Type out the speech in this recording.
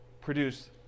produce